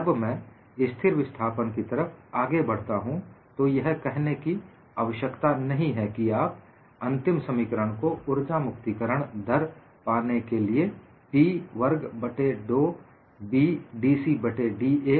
जब मैं स्थिर विस्थापन की तरफ आगे बढ़ता हूं तो यह कहने की आवश्यकता नहीं है कि आप अंतिम समीकरण को ऊर्जा मुक्ति करण दर पाने के लिए P वर्ग बट्टे 2B dC बट्टे da